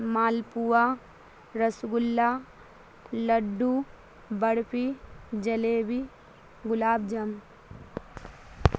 malpua rasgulla laddu barfi jalebi gulab jamun